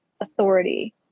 authority